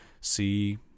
see